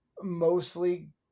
mostly